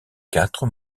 quatre